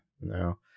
no